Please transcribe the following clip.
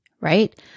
right